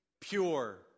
pure